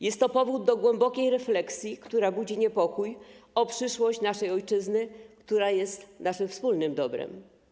Jest to powód do głębokiej refleksji, która budzi niepokój o przyszłość naszej ojczyzny, która jest naszym wspólnym dobrem.